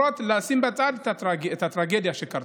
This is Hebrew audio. תשימו בצד את הטרגדיה שקרתה.